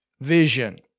vision